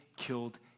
killed